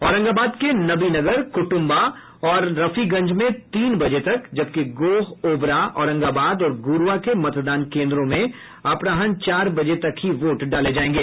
औरंगाबाद के नवीनगर कुटुंबा और रफीगंज में तीन बजे तक जबकि गोह ओबरा औरंगाबाद और ग्रुआ के मतदान केंद्रों में अपराह्न चार बजे तक ही वोट डाले जाएंगे